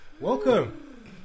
Welcome